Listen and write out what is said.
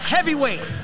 Heavyweight